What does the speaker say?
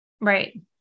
Right